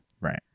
Right